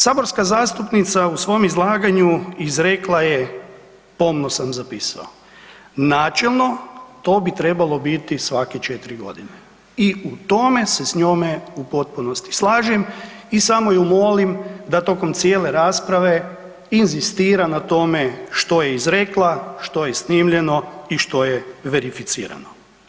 Saborska zastupnica u svoj izlaganju izrekla je pomno sam zapisao, načelno to bi trebalo biti svake 4 godine i u tome se s njome u potpunosti slažem i samo ju molim da tokom cijele rasprave inzistira na tome što je izrekla, što je i snimljeno i što je verificirano.